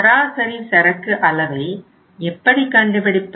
சராசரி சரக்கு அளவை எப்படி கண்டுபிடிப்பது